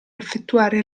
effettuare